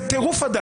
אלא זה טירוף הדעת.